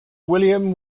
william